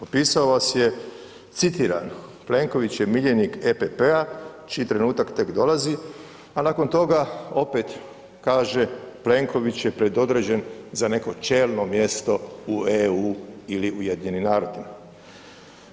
Opisao vas je citirano „Plenković je miljenik EPP-a čiji trenutak tek dolazi“, a nakon toga opet kaže „Plenković je predodređen za neko čelno mjesto u EU ili UN-u“